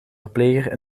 verpleger